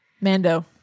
Mando